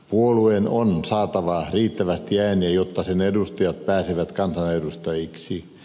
puolueen on saatava riittävästi ääniä jotta sen edustajat pääsevät kansanedustajiksi